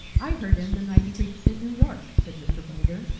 i heard him the night he preached in new york, said mr. boulder.